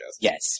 Yes